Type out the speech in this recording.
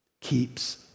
keeps